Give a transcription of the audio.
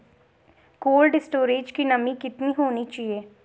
Cold storage की नमी कितनी होनी चाहिए?